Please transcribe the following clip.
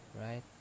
right